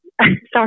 Sorry